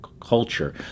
culture